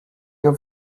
your